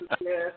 yes